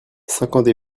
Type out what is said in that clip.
cinquante